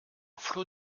flot